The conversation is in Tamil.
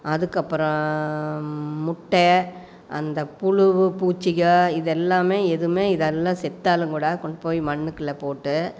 அதுக்கப்பறம் முட்டை அந்த புழு பூச்சிகள் இதெல்லாம் எதுவுமே இதெல்லாம் செத்தாலுங்கூட கொண்டு போய் மண்ணுக்குள்ளே போட்டு